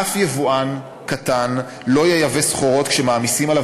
אף יבואן קטן לא ייבא סחורות כשמעמיסים עליו